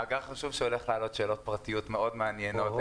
זה מאגר חשוב שהולך להעלות שאלות פרטיות מאוד מעניינות.